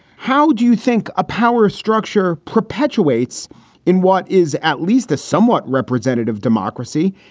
how would you think a power structure perpetuates in what is at least a somewhat representative democracy?